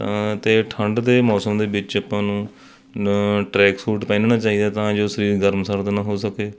ਤਾਂ ਅਤੇ ਠੰਡ ਦੇ ਮੌਸਮ ਦੇ ਵਿੱਚ ਆਪਾਂ ਨੂੰ ਟਰੈਕ ਸੂਟ ਪਹਿਨਣਾ ਚਾਹੀਦਾ ਤਾਂ ਜੋ ਸਰੀਰ ਗਰਮ ਸਰਦ ਨਾ ਹੋ ਸਕੇ